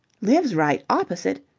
lives right opposite?